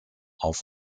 auf